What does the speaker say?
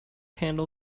handle